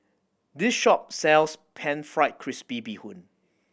this shop sells Pan Fried Crispy Bee Hoon